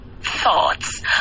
thoughts